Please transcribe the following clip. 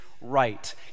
right